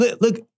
Look